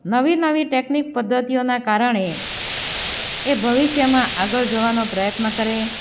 નવી નવી ટેકનિક પદ્ધતિઓના કારણે એ ભવિષ્યમાં આગળ જવાનો પ્રયત્ન કરે